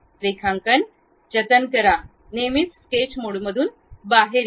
रेखांकन जतन करा नेहमी स्केच मोडमधून बाहेर या